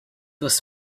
was